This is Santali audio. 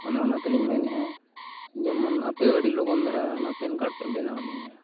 ᱚᱱᱮ ᱚᱱᱟ ᱛᱮᱞᱤᱧ ᱢᱮᱱᱮᱫᱼᱟ ᱡᱮᱢᱚᱱ ᱟᱯᱮ ᱟᱹᱰᱤ ᱞᱚᱜᱚᱱ ᱫᱷᱟᱨᱟ ᱚᱱᱟ ᱯᱮᱱ ᱠᱟᱨᱰ ᱯᱮ ᱵᱮᱱᱟᱣ ᱟᱹᱞᱤᱧᱟ